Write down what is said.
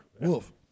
Wolf